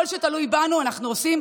כל שתלוי בנו, אנחנו עושים.